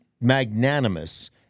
magnanimous